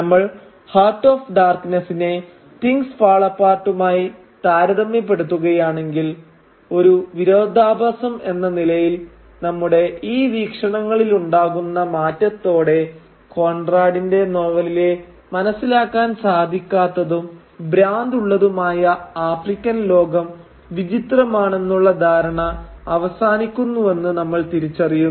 നമ്മൾ 'heart of ഡാർക്നെസ്സിനെ' 'things fall അപ്പാർട്ടുമായി' താരതമ്യപ്പെടുത്തുകയാണെങ്കിൽ ഒരു വിരോധാഭാസം എന്ന നിലയിൽ നമ്മുടെ ഈ വീക്ഷണങ്ങളിലുണ്ടാകുന്ന മാറ്റത്തോടെ കോൺറാടിന്റെ നോവലിലെ മനസ്സിലാക്കാൻ സാധിക്കാത്തതും ഭ്രാന്തുള്ളതുമായ ആഫ്രിക്കൻ ലോകം വിചിത്രമാണെന്നുള്ള ധാരണ അവസാനിക്കുന്നുവെന്ന് നമ്മൾ തിരിച്ചറിയുന്നു